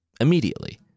Immediately